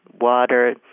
water